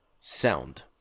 sound